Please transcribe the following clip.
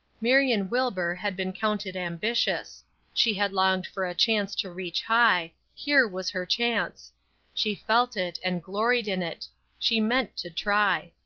marion wilbur had been counted ambitious she had longed for a chance to reach high here was her chance she felt it, and gloried in it she meant to try.